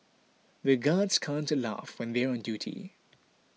the guards can't laugh when they are on duty